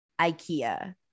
Ikea